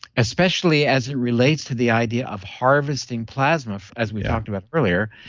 especially as it relates to the idea of harvesting plasma, as we talked about earlier.